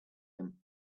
him